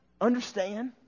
understand